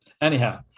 Anyhow